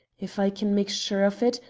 if i can make sure of it,